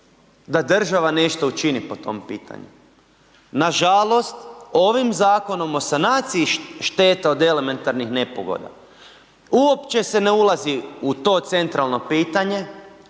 da država nešto učini po tom pitanju. Nažalost, ovim Zakonom o sanaciji šteta od elementarnih nepogoda uopće se ne ulazi u to centralno pitanje,